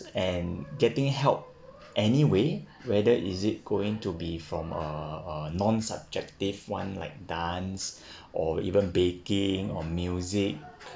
and getting help anyway whether is it going to be from uh non-subjective [one] like dance or even baking or music